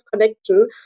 connection